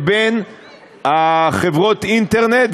לבין חברות האינטרנט,